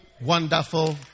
wonderful